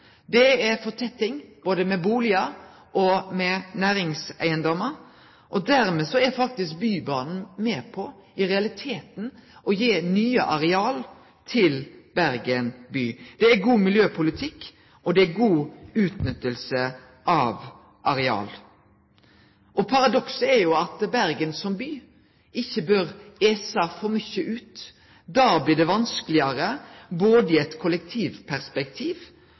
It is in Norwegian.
gang med fortetting langs bybanetraseen. Det er fortetting med både bustader og med næringseigedomar, og dermed er Bybanen faktisk med på å gi nye areal til Bergen by. Det er god miljøpolitikk, og det er god utnytting av areal. Paradokset er at Bergen som by ikkje bør ese for mykje ut. Da blir det vanskelegare, både i eit kollektivperspektiv